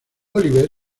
oliver